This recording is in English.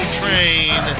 train